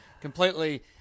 completely